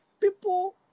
People